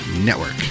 network